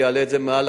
אני אעלה את זה בכנסת.